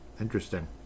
Interesting